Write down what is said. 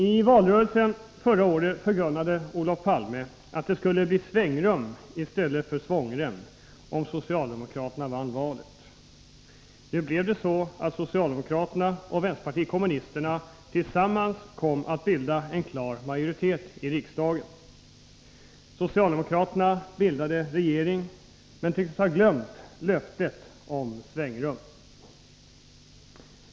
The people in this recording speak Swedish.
I valrörelsen förra året förkunnade Olof Palme att det skulle bli svängrum i stället för svångrem om socialdemokraterna vann valet. Det blev så att socialdemokraterna och vänsterpartiet kommunisterna tillsammans kom att bilda en klar majoritet i riksdagen. Socialdemokraterna bildade regering, men tycks ha glömt löftet om svängrum.